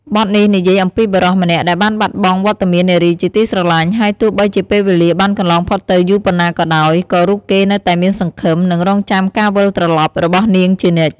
បទនេះនិយាយអំពីបុរសម្នាក់ដែលបានបាត់បង់វត្តមាននារីជាទីស្រឡាញ់ ហើយទោះបីជាពេលវេលាបានកន្លងផុតទៅយូរប៉ុណ្ណាក៏ដោយ ក៏រូបគេនៅតែមានសង្ឃឹម និងរង់ចាំការវិលត្រឡប់របស់នាងជានិច្ច។